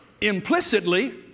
Implicitly